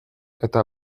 eta